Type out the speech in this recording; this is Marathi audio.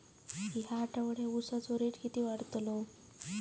या आठवड्याक उसाचो रेट किती वाढतलो?